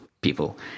people